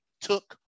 took